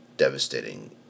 Devastating